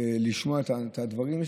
לשמוע את הדברים.